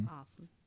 Awesome